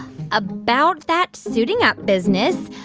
about that suiting-up business,